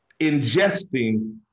ingesting